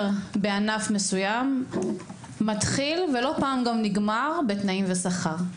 בענף מסוים מתחיל ולא פעם גם נגמר בתנאים ושכר.